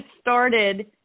started